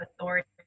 authority